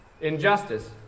injustice